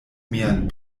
mian